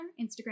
Instagram